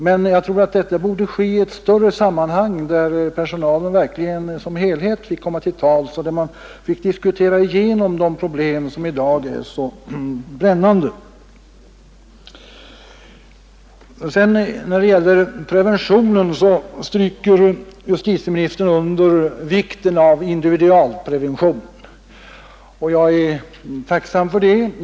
Jag tror dock att detta borde ske i ett större sammanhang där personalen som helhet verkligen finge komma till tals och där man får tillfälle att diskutera igenom de problem som i dag är så brännande. När det sedan gäller preventionen stryker justitieministern under vikten av individualprevention. Jag är tacksam för detta.